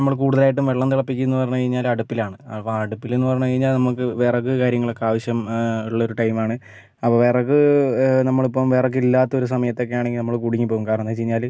നമ്മൾ കുടുതലായിട്ടും വെള്ളം തിളപ്പിക്കും എന്ന് പറഞ്ഞു കഴിഞ്ഞാൽ അടുപ്പിലാണ് അപ്പം അടുപ്പിലെന്ന് പറഞ്ഞു കഴിഞ്ഞാൽ നമുക്ക് വിറക് കാര്യങ്ങളൊക്കെ ആവശ്യം ഉള്ളൊരു ടൈമാണ് അപ്പം വിറക് നമ്മൾ ഇപ്പം വിറകില്ലാത്തൊരു സമയത്തൊക്കെയാണെങ്കിൽ നമ്മൾ കുടുങ്ങിപ്പോകും കാരണമെന്ന് വെച്ച് കഴിഞ്ഞാൽ